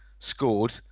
scored